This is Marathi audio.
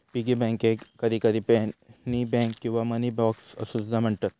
पिगी बँकेक कधीकधी पेनी बँक किंवा मनी बॉक्स असो सुद्धा म्हणतत